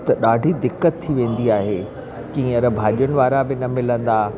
त ॾाढी दिक़त थी वेंदी आहे की हीअंर भाॼियुनि वारा बि न मिलंदा